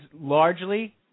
largely